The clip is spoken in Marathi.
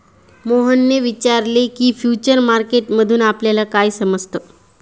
मोहनने विचारले की, फ्युचर मार्केट मधून आपल्याला काय समजतं?